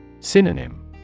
Synonym